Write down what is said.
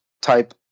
type